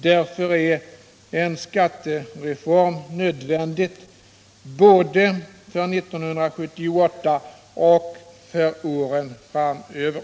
Därför är en skattereform nödvändig både för 1978 och för åren framöver.